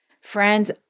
Friends